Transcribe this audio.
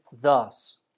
thus